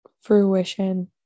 fruition